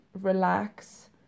relax